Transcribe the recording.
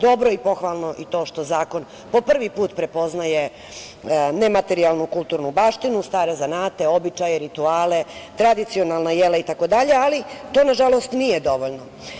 Dobro i pohvalno je to što i zakon po prvi put prepoznaje nematerijalnu kulturnu baštinu, stare zanate, običaje, rituale, tradicionalna jela itd. ali to nažalost nije dovoljno.